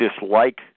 dislike